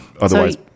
Otherwise